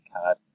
card